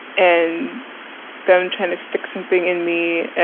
and them trying to stick something in me ah